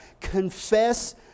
Confess